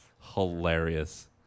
hilarious